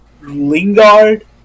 Lingard